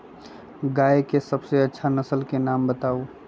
गाय के सबसे अच्छा नसल के नाम बताऊ?